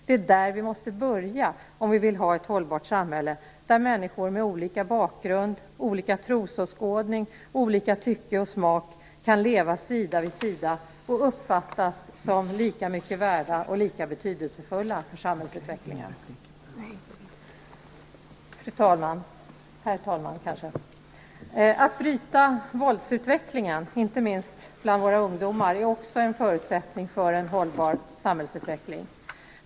Det är där vi måste börja om vi vill ha ett hållbart samhälle där människor med olika bakgrund, olika trosåskådning och olika tycke och smak kan leva sida vid sida och uppfattas som lika mycket värda och lika betydelsefulla för samhällsutvecklingen. Herr talman! Att bryta våldsutvecklingen, inte minst bland våra ungdomar, är också en förutsättning för en hållbar samhällsutveckling.